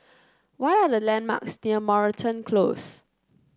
what are the landmarks near Moreton Close